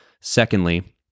Secondly